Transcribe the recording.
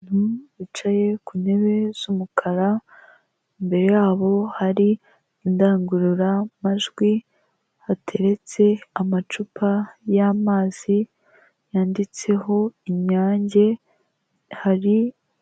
Bicaye ku ntebe z'umukara imbere yabo hari indangurura majwi hateretse amacupa y'amazi yanditseho inyange hari.